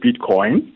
Bitcoin